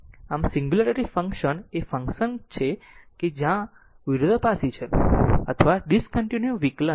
આમ singularity function એ function છે કે જે કાં તો વિરોધાભાસી છે અથવા ડીસકન્ટિન્યું વિકલન છે